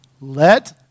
let